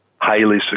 highly